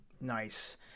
nice